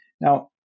now